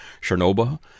Chernobyl